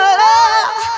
love